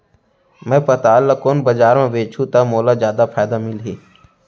मैं पताल ल कोन बजार म बेचहुँ त मोला जादा फायदा मिलही?